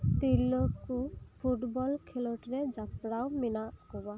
ᱛᱤᱨᱞᱟᱹ ᱠᱚ ᱯᱷᱩᱴᱵᱚᱞ ᱠᱷᱮᱞᱳᱰ ᱨᱮ ᱡᱚᱯᱲᱟᱣ ᱢᱮᱱᱟᱜ ᱠᱚᱣᱟ